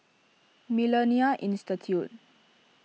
Millennia Institute